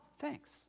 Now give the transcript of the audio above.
thanks